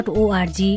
org